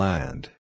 Land